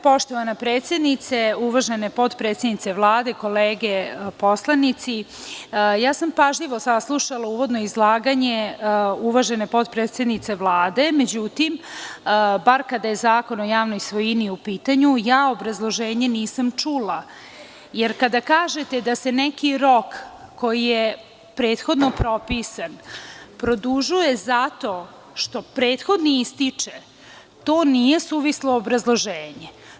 Poštovana predsednice, uvažene potpredsednice Vlade, kolege poslanici, ja sam pažljivo saslušala uvodno izlaganje uvažene potpredsednice Vlade, međutim, bar kada je Zakon o javnoj svojini u pitanju, ja obrazloženje nisam čula, jer kada kažete da se neki rok koji je prethodno propisan produžuje zato što prethodni ističe, to nije suvislo obrazloženje.